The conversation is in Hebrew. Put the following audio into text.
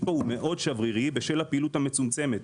פה שברירי מאוד בשל הפעילות המצומצמת